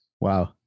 Wow